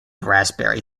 raspberry